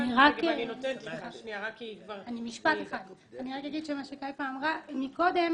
אני רק אגיד שמה שכיפה אמרה מקודם